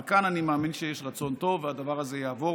אבל כאן אני מאמין שיש רצון טוב והדבר הזה יעבור,